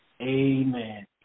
Amen